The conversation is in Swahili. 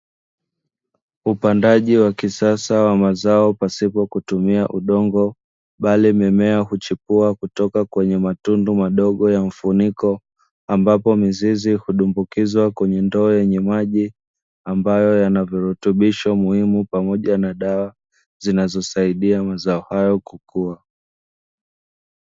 Upandaji wa kisasa wa mazao pasipo kutumia udongo, bali mimea huchipua kutoka kwenye matundu madogo ya mfuniko, ambapo mizizi kudumbukizwa kwenye ndoo yenye maji ambayo yana virutubisho muhimu pamoja na dawa zinazosaidia mazao hayo kukua.